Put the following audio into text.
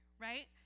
right